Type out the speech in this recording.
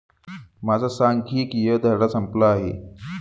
माझा सांख्यिकीय धडा संपला आहे